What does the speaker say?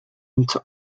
band